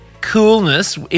coolness